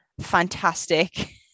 Fantastic